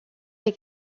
les